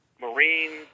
Marine